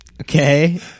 okay